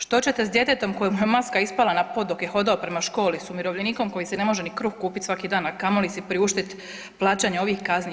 Što ćete s djetetom kojemu je maska ispala na pod dok je hodao prema školi, s umirovljenikom koji si ne može ni kruh kupiti svaki dan, a kamoli si priuštiti plaćanje ovih kazni?